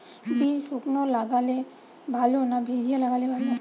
বীজ শুকনো লাগালে ভালো না ভিজিয়ে লাগালে ভালো?